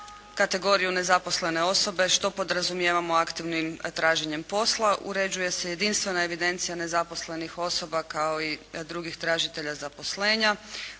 kategoriju nezaposlene osobe što podrazumijevamo aktivnim traženjem posla, uređuje se jedinstvena evidencija nezaposlenih osoba kao i drugih tražitelja zaposlenja,